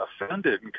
offended